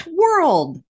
world